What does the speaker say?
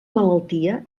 malaltia